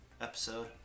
episode